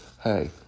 Hey